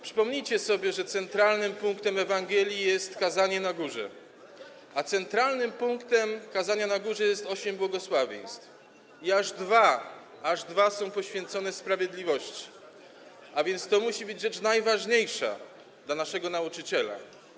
Przypomnijcie sobie, że centralnym punktem Ewangelii jest kazanie na górze, a centralnym punktem kazania na górze jest osiem błogosławieństw i aż dwa są poświęcone sprawiedliwości, a więc to musi być rzecz najważniejsza dla naszego nauczyciela.